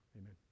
Amen